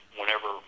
whenever